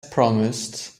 promised